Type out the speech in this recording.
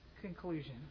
conclusion